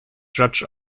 judge